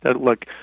Look